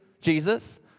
Jesus